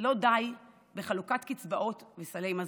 לא די בחלוקת קצבאות וסלי מזון.